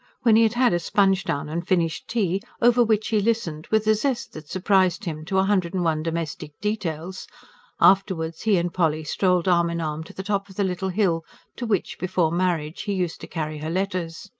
when he had had a sponge-down and finished tea, over which he listened, with a zest that surprised him, to a hundred and one domestic details afterwards he and polly strolled arm-in-arm to the top of the little hill to which, before marriage, he used to carry her letters.